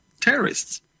terrorists